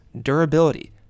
Durability